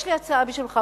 יש לי הצעה בשבילך,